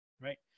Right